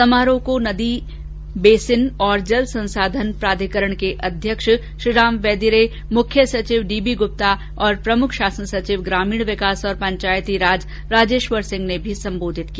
समारोह को नदी बेसिन और जल संसाधन प्राधिकरण के अध्यक्ष श्रीराम वैदिरे मुख्य सचिव डीबी गृप्ता तथा प्रमुख शासन सचिव ग्रामीण विकास और पंचायतीराज राजेश्वर सिंह ने भी संबोधित किया